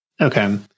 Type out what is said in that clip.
Okay